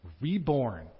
reborn